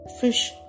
fish